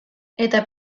eta